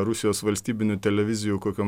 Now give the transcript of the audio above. rusijos valstybinių televizijų kokiom